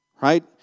right